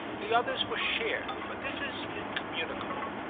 the others were shared, but this is incommunicable.